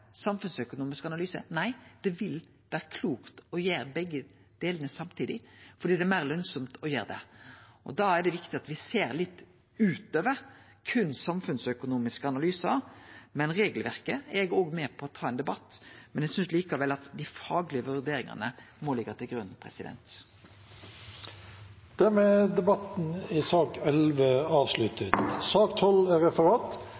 samfunnsøkonomisk analyse? Nei, det vil vere klokt å gjere begge delane samtidig, fordi det er meir lønsamt å gjere det. Da er det viktig at me ser litt utover berre samfunnsøkonomiske analysar. Når det gjeld regelverket, er eg med på å ta ein debatt, men eg synest likevel at dei faglege vurderingane må liggje til grunn. Dermed er debatten i sak nr. 11 avsluttet. Det foreligger ikke referat.